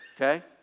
Okay